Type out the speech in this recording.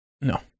No